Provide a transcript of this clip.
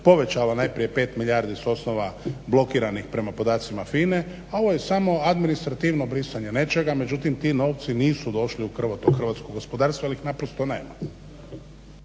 povećala najprije 5 milijardi s osnova blokiranih prema podacima FINA-e, a ovo je samo administrativno brisanje nečega, međutim ti novci nisu došli u krvotok hrvatskog gospodarstva jer ih naprosto nema.